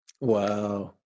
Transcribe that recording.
Wow